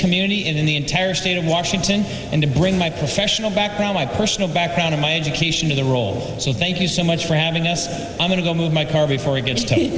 community in the entire state of washington and to bring my professional background my personal background my education to the role so thank you so much for having us i'm going to go move my car before it gets